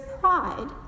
pride